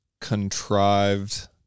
contrived